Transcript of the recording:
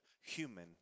human